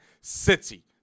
City